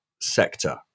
sector